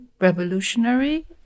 revolutionary